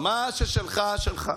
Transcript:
מה ששלך, שלך.